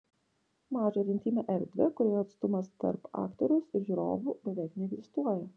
mažą ir intymią erdvę kurioje atstumas tarp aktoriaus ir žiūrovų beveik neegzistuoja